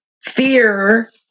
Fear